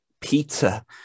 pizza